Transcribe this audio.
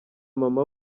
mama